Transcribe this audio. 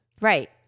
Right